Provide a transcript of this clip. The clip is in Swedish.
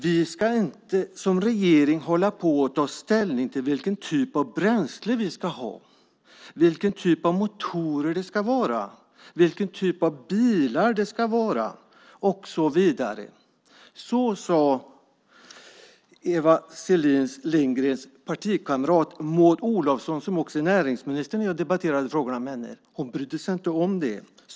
Vi ska inte som regering hålla på att ta ställning till vilken typ av bränsle vi ska ha, vilken typ av motorer det ska vara, vilken typ av bilar det ska vara och så vidare. Så sade Eva Selin Lindgrens partikamrat Maud Olofsson, som också är näringsminister, när jag debatterade frågorna med henne. Hon brydde sig inte om det.